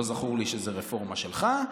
לא זכור לי שזו רפורמה שלך.